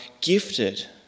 gifted